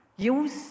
Use